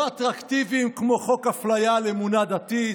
לא אטרקטיביים כמו חוק אפליה על אמונה דתית,